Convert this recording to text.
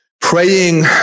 praying